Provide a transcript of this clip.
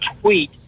tweet